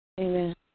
Amen